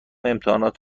امتحانات